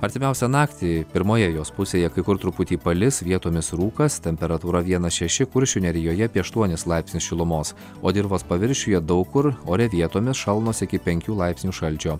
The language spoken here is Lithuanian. artimiausią naktį pirmoje jos pusėje kai kur truputį palis vietomis rūkas temperatūra vienas šeši kuršių nerijoje apie aštuonis laipsnius šilumos o dirvos paviršiuje daug kur ore vietomis šalnos iki penkių laipsnių šalčio